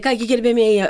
ką gi gerbiamieji